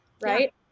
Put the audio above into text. right